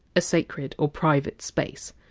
a sacred or private space.